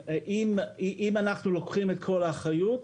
אם אנחנו לוקחים את כל האחריות,